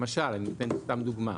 סתם כדוגמה.